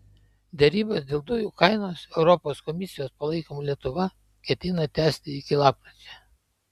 derybas dėl dujų kainos europos komisijos palaikoma lietuva ketina tęsti iki lapkričio